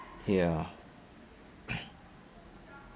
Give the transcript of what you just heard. ya